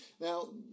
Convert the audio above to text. now